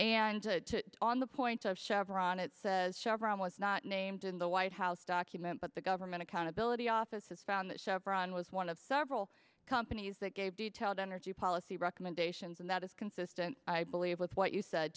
and on the point of chevron it says chevron was not named in the white house document but the government accountability office has found that chevron was one of several companies that gave details energy policy recommendations and that is consistent i believe with what you said